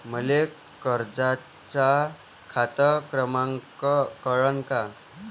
मले कर्जाचा खात क्रमांक कळन का?